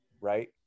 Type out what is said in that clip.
right